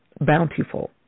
bountiful